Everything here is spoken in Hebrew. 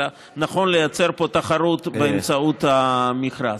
אלא נכון לייצר פה תחרות באמצעות המכרז.